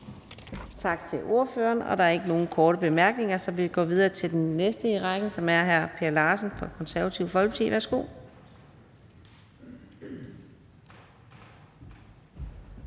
Tak til ordføreren. Der er ikke nogen korte bemærkninger, så vi går videre til den næste ordfører i rækken, som er fru Lise Bech fra Danmarksdemokraterne. Værsgo.